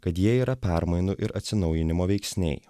kad jie yra permainų ir atsinaujinimo veiksniai